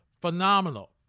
phenomenal